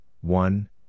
one